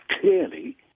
clearly